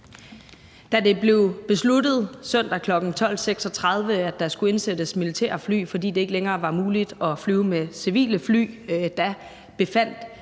Da det blev besluttet søndag kl. 12.36, at der skulle indsættes militære fly, fordi det ikke længere var muligt at flyve med civile fly,